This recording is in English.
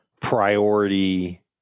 priority